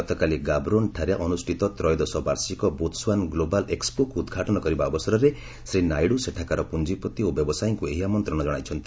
ଗତକାଲି ଗାବ୍ରୋନ୍ଠାରେ ଅନୁଷ୍ଠିତ ତ୍ରୟୋଦଶ ବାର୍ଷିକ ବୋତ୍ସୁଆନା ଗ୍ଲୋବାଲ୍ ଏକ୍ନପୋ କୁ ଉଦ୍ଘାଟନ କରିବା ଅବସରରେ ଶ୍ରୀ ନାଇଡୁ ସେଠାକାର ପୁଞ୍ଜିପତି ଓ ବ୍ୟବସାୟୀଙ୍କୁ ଏହି ଆମନ୍ତ୍ରଣ ଜଣାଇଛନ୍ତି